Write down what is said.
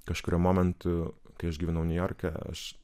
kažkuriuo momentu kai aš gyvenau niujorke aš